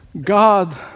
God